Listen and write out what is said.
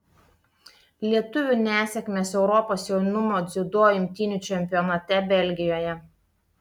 lietuvių nesėkmės europos jaunimo dziudo imtynių čempionate belgijoje